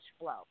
flow